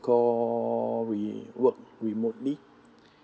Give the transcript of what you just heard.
call we work remotely